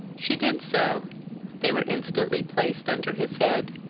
she did so they were instantly placed under his head.